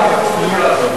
מעדיף מליאה, אדוני.